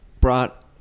brought